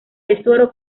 tesoro